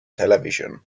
television